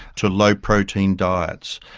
to low protein diets.